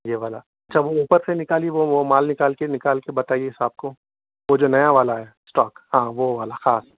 یہ والا اچھا وہ اوپر سے نکالیے وہ وہ مال نکالیے نکال کے بتائیے صاحب کو وہ جو نیا والا ہے اسٹاک ہاں وہ والا ہاں